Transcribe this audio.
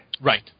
Right